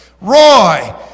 Roy